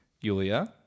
Yulia